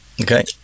Okay